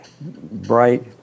bright